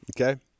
okay